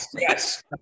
yes